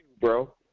bro